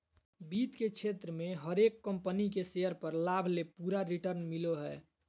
वित्त के क्षेत्र मे हरेक कम्पनी के शेयर पर लाभ ले पूरा रिटर्न मिलो हय